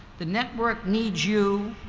the network needs you,